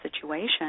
situation